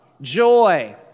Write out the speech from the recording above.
joy